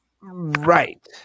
Right